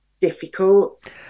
difficult